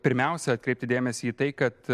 pirmiausia atkreipti dėmesį į tai kad